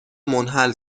منحل